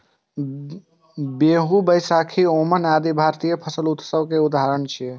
बीहू, बैशाखी, ओणम आदि भारतीय फसल उत्सव के उदाहरण छियै